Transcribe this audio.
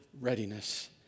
readiness